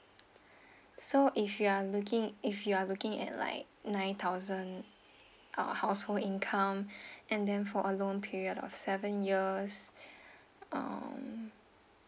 so if you are looking if you are looking at like nine thousand uh household income and then for a long period of seven years um